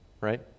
Right